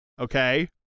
okay